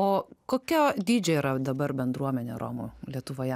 o kokio dydžio yra dabar bendruomenė romų lietuvoje